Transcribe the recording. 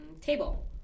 table